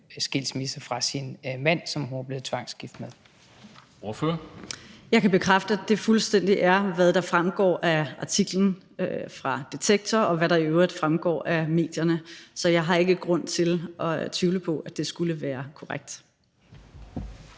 Kristensen): Ordføreren. Kl. 13:34 Pernille Vermund (NB): Jeg kan bekræfte, at det fuldstændig er, hvad der fremgår af artiklen fra Detektor, og hvad der i øvrigt fremgår af medierne. Så jeg har ikke grund til at tvivle på, at det skulle være korrekt.